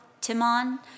Timon